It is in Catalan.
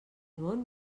món